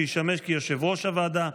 שישמש יושב-ראש הוועדה,